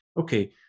okay